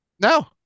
No